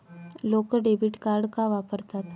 लोक debit card का वापरतात?